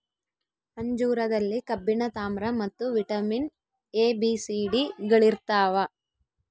ಅಂಜೂರದಲ್ಲಿ ಕಬ್ಬಿಣ ತಾಮ್ರ ಮತ್ತು vitamin A B C D ಗಳಿರ್ತಾವ